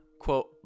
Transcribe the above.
quote